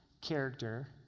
character